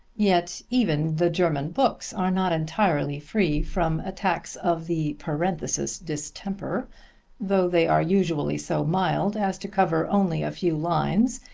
yet even the german books are not entirely free from attacks of the parenthesis distemper though they are usually so mild as to cover only a few lines,